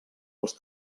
els